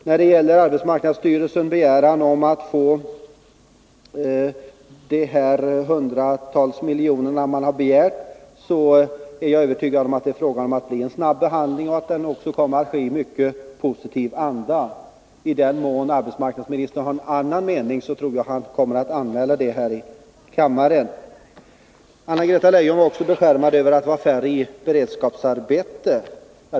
När det gäller arbetsmarknadsstyrelsens begäran om några hundra miljoner är jag övertygad om att den kommer att behandlas snabbt och att behandlingen kommer att ske i positiv anda. I den mån arbetsmarknadsministern har en annan mening tror jag att han kommer att anmäla det här i kammaren. Anna-Greta Leijon beskärmade sig också över att det nu är färre människor än tidigare i beredskapsarbete.